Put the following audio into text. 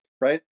right